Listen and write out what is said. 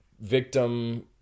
Victim